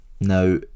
Now